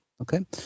okay